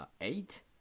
eight